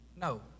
No